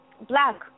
black